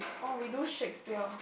orh we do Shakespeare